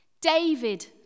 David